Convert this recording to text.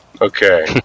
Okay